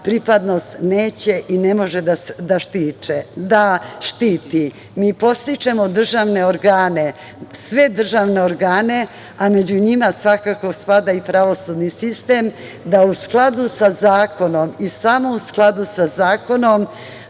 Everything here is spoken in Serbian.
pripadnost neće i ne može da štiti. Mi podstičemo sve državne organe, a tu svakako spada i pravosudni sistem, da u skladu sa zakonom, i samo u skladu sa zakonom,